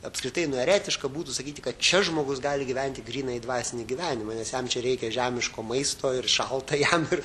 apskritai nu eretiška būtų sakyti kad čia žmogus gali gyventi grynąjį dvasinį gyvenimą nes jam čia reikia žemiško maisto ir šalta jam ir